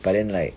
but then like